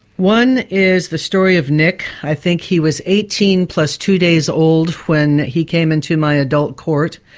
one is the story of nick. i think he was eighteen plus two days old when he came into my adult court.